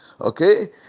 Okay